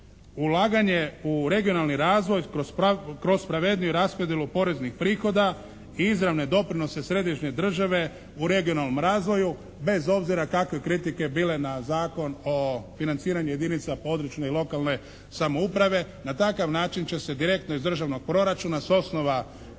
Ulaganje u regionalni razvoj kroz pravedniju raspodjelu poreznih prihoda i izravne doprinose središnje države u regionalnom razvoju bez obzira kakve kritike bile na Zakon o financiranju jedinica područne i lokalne samouprave, na takav način će se direktno iz državnog proračuna s osnova udjela